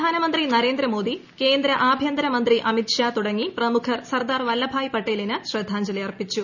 പ്രധാനമന്ത്രി നരേന്ദ്ര മോദി കേന്ദ്ര ആഭ്യന്തര മന്ത്രി അമിത് ഷാ തുടങ്ങി പ്രമുഖർ സർദാർ വല്ലഭായ് പട്ടേലിന് ശ്രദ്ധാഞ്ജലി അർപ്പിച്ചു